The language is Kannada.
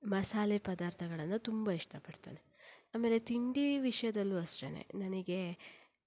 ಮಸಾಲೆ ಪದಾರ್ಥಗಳನ್ನು ತುಂಬ ಇಷ್ಟಪಡ್ತಾನೆ ಆಮೇಲೆ ತಿಂಡಿ ವಿಷಯದಲ್ಲೂ ಅಷ್ಟೆ ನನಗೆ